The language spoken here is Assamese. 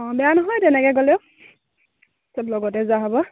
অঁ বেয়া নহয় তেনেকে গ'লেও চব লগতে যোৱা হ'ব